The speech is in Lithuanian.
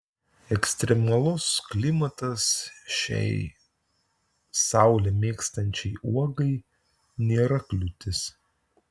ekstremalus klimatas šiai saulę mėgstančiai uogai nėra kliūtis